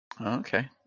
Okay